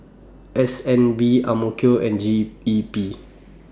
S N B Kill and G E P